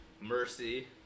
Mercy